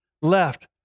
left